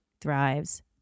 thrives